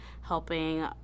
helping